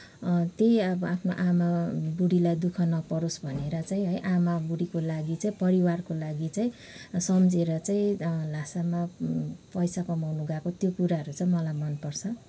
त्यही अब आफ्नो आमा बुढीलाई दुःख नपरोस् भनेर चाहिँ है आमा बुढीको लागि चाहिँ परिवारको लागि चाहिँ सम्झिएर चाहिँ ल्हासामा पैसा कमाउन गएको त्यो कुराहरू चाहिँ मलाई मन पर्छ